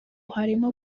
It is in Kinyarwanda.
harimo